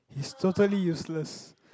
he's totally useless